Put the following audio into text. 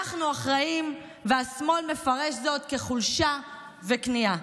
אנחנו אחראים, והשמאל מפרש זאת כחולשה וכניעה.